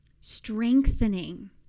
strengthening